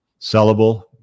Sellable